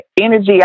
energy